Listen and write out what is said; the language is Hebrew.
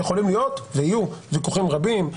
יכולים להיות ויהיו ויכוחים רבים,